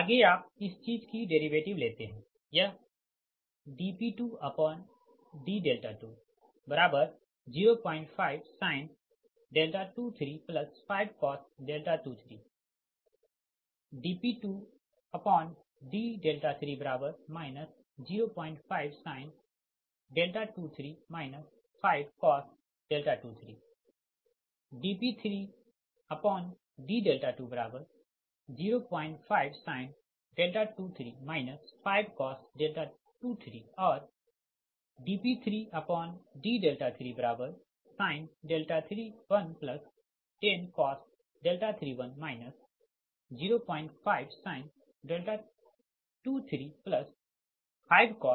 आगे आप इस चीज की डेरीवेटिव लेते है यह dP2d205sin 23 5cos 23 dP2d3 05sin 23 5cos 23 dP3d205sin 23 5cos 23 और dP3d3sin 31 10cos 31 05sin 23 5cos 23